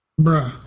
Bruh